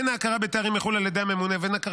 הן ההכרה בתארים מחו"ל על ידי הממונה והן ההכרה